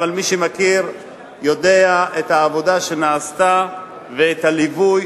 מי שמכיר יודע את העבודה שנעשתה ואת הליווי